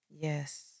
Yes